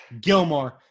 Gilmore